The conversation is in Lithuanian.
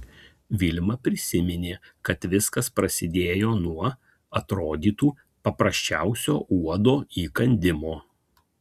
vilma prisiminė kad viskas prasidėjo nuo atrodytų paprasčiausio uodo įkandimo